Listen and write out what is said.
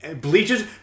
Bleaches